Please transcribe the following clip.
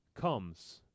comes